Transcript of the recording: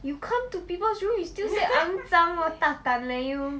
you come to people's room you still say 肮脏 !wah! 大胆 leh you